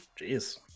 Jeez